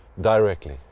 directly